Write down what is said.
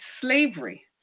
slavery